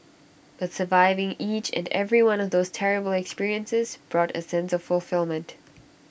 but surviving each and every one of those terrible experiences brought A sense of fulfilment